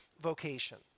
vocation